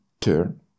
turn